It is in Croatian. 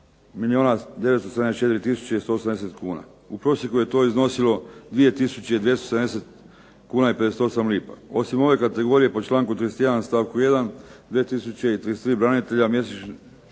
i 170 kuna. U prosjeku je to iznosilo 2270,58. Osim ove kategorije po članku 31. stavku 1. 2033 branitelja mjesečno